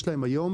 יש להם היום,